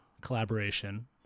collaboration